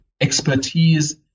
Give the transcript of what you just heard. expertise